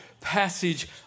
passage